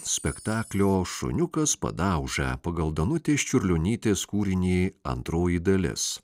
spektaklio šuniukas padauža pagal danutės čiurlionytės kūrinį antroji dalis